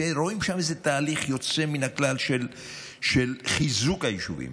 שרואים שם איזה תהליך יוצא מן הכלל של חיזוק היישובים.